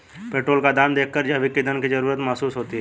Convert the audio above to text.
petrol का दाम देखकर जैविक ईंधन की जरूरत महसूस होती है